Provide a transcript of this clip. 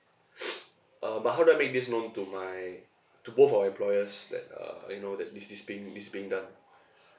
um but how do I make this known to my to both our employers like uh you know that this this being this being done